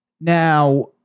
Now